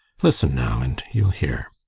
listen now, and you'll hear.